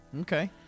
Okay